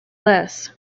less